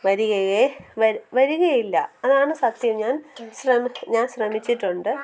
വരികയെ വരി വരികയില്ല അതാണ് സത്യം ഞാൻ ഞാൻ ശ്രമിച്ചിട്ടുണ്ട്